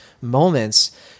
moments